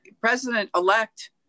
President-elect